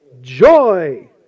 joy